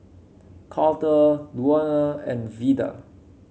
Carter Luana and Veda